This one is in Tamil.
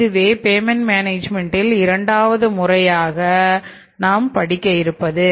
இதுவே பேமெண்ட் மேனேஜ்மென்ட்டில் இரண்டாவது குறையாகும்